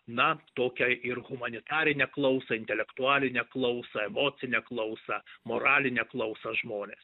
na tokią ir humanitarinę klausą intelektualinę klausą emocinę klausą moralinę klausą žmonės